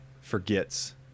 forgets